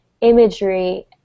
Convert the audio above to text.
imagery